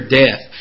death